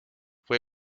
fue